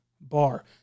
bar